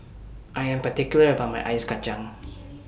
I Am particular about My Ice Kacang